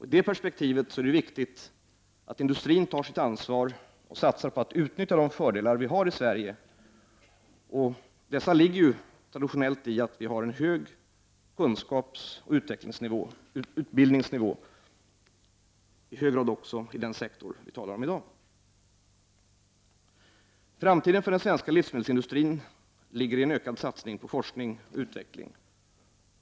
I det perspektivet är det viktigt att industrin tar sitt ansvar och satsar på att utnyttja de fördelar vi har i Sverige. Dessa ligger traditionellt i att vi har en hög kunskapsoch utbildningsnivå, inte minst i den sektor vi talar om i dag. Framtiden för den svenska livsmedelsindustrin ligger i en ökad satsning på forskning och utveckling.